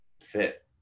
fit